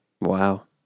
wow